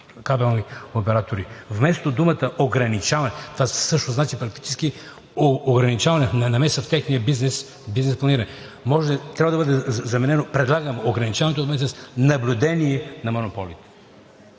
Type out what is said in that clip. кабелни оператори. Вместо думата „ограничаване“, това също значи практически ограничаване, ненамеса в техния бизнес, бизнес планиране, трябва да бъде заменено. Предлагам вместо „ограничаване“ – „наблюдение на монополите“.